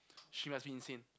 she must be insane